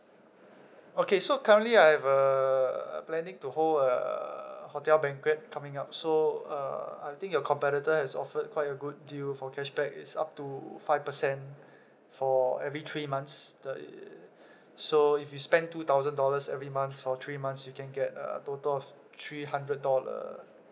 okay so currently I have uh planning to hold uh hotel banquet coming up so uh I think your competitor has offered quite a good deal for cashback it's up to five percent for every three months the so if you spend two thousand dollars every month for three months you can get a total of three hundred dollar